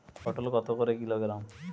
পটল কত করে কিলোগ্রাম?